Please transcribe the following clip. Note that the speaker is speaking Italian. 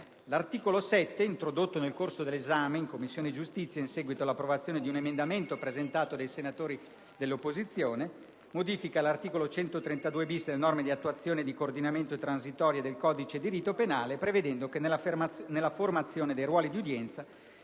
L'articolo 7, introdotto nel corso dell'esame in Commissione giustizia in seguito all'approvazione di un emendamento presentato dai senatori dell'opposizione, modifica l'articolo 132-*bis* delle norme di attuazione, di coordinamento e transitorie del codice di rito penale, prevedendo che nella formazione dei ruoli di udienza